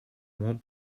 won’t